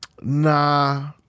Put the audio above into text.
Nah